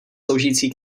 sloužící